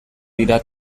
dira